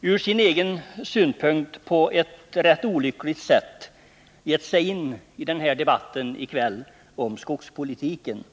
ur sin egen synpunkt på ett rätt olyckligt sätt gett sig in i den här debatten i kväll om skogspolitiken.